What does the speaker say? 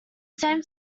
same